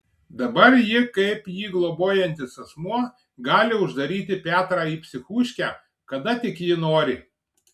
dabar ji kaip jį globojantis asmuo gali uždaryti petrą į psichuškę kada tik ji nori